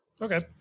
Okay